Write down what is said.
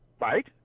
Right